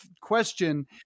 question